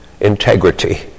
integrity